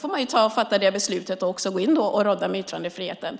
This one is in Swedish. får man fatta det beslutet och gå in och rådda med yttrandefriheten.